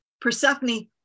Persephone